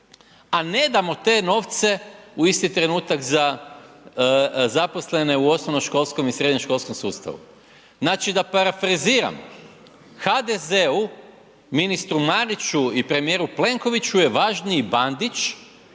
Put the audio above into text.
a ne damo te novce u isti trenutak za zaposlene u osnovnoškolskom i srednjoškolskom sustavu. Znači da parafraziram, HDZ-u, ministru Mariću i premijeru Plenkoviću je važniji Bandić